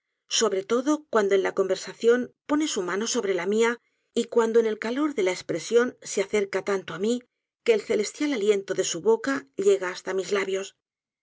sobre todo cuando en ja conversación pone su mano sobre la niia y cuando en el calor de la espresion se acerca tanto á mí que el celestial aliento de su boca llega hasta mis labios